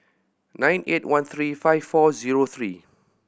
nine eight one three five four zero three